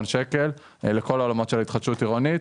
שקל לכל העולמות של התחדשות עירונית.